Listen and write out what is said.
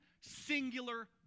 singular